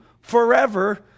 forever